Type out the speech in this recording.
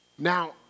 Now